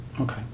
okay